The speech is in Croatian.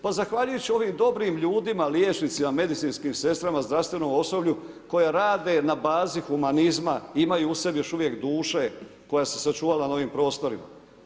Pa zahvaljujući ovim dobrim ljudima, liječnicima, medicinskim sestrama, zdravstvenom osoblju koji rade na bazi humanizma, imaju u sebi još uvijek duše koja se sačuvala na ovim prostorima.